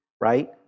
right